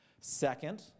Second